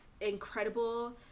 incredible